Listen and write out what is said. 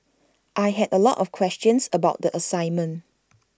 I had A lot of questions about the assignment